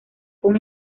con